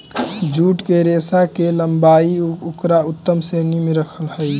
jute के रेशा के लम्बाई उकरा उत्तम श्रेणी में रखऽ हई